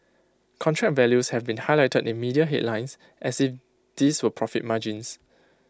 contract values have been highlighted in media headlines as if these were profit margins